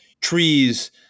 trees